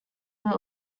were